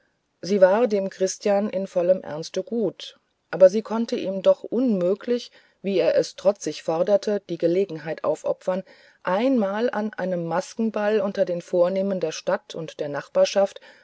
sie war dem christian in vollem ernste gut aber sie konnte ihm doch unmöglich wie er es trotzig forderte die gelegenheit aufopfern einmal an einem maskenball unter allen vornehmen der stadt und der nachbarschaft